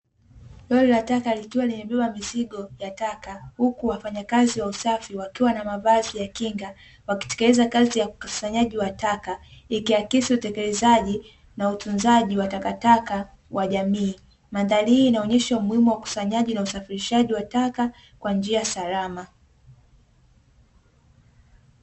Gari la taka likiwa limebeba mizigo ya taka, huku wafanyakazi wa usafi wakiwa na mavazi ya kinga wakitekeleza kazi ya ukusanyaji wa taka. Ikihakisi utekelezaji na utunzaji wa takataka wa jamii. Mandhari hii inaonyesha umuhimu wa ukusanyaji na usafirishaji wa taka kwa njia salama.